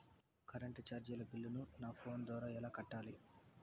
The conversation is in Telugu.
కరెంటు చార్జీల బిల్లును, నా ఫోను ద్వారా ఎలా కట్టాలి?